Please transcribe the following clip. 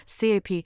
CAP